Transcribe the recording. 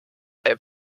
ein